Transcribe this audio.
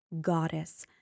goddess